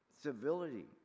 civility